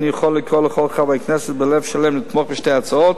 אני יכול לקרוא לכל חברי הכנסת בלב שלם לתמוך בשתי ההצעות,